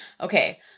okay